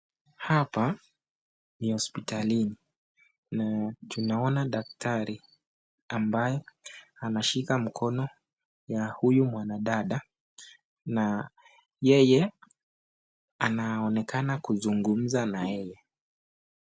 Hapa ni hospitalini, tunaona dastardly ambaye anashika mkono ya huyu mwana dada na yeye anaonekana kuzungumza na yeye.